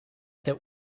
der